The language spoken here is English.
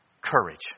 courage